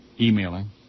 emailing